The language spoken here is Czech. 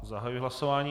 Zahajuji hlasování.